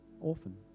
orphan